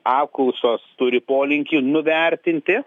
apklausos turi polinkį nuvertinti